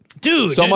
Dude